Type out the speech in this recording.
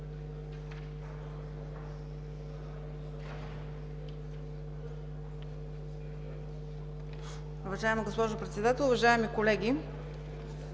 Уважаеми господин Председател, уважаеми колеги,